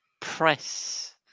press